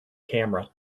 camera